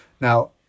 Now